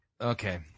Okay